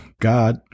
god